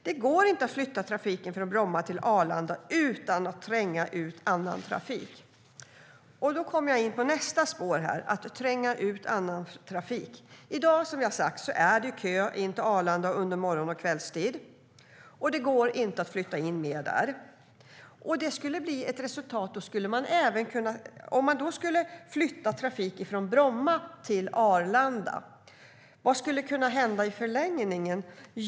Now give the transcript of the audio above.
Det går inte att flytta trafiken från Bromma till Arlanda utan att tränga ut annan trafik. Då kommer jag in på nästa spår här, att tränga ut annan trafik. I dag är det, som vi har sagt, kö in till Arlanda under morgon och kvällstid, och det går inte att flytta in mer trafik dit. Om man skulle flytta trafik från Bromma till Arlanda, vad skulle då kunna hända i förlängningen?